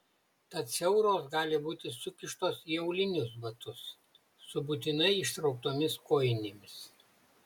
tad siauros gali būti sukištos į aulinius batus su būtinai ištrauktomis kojinėmis